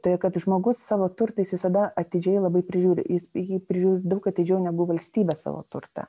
todėl kad žmogus savo turtais visada atidžiai labai prižiūri jis jį prižiūri daug atidžiau negu valstybė savo turtą